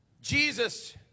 jesus